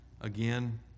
again